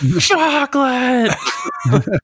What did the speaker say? Chocolate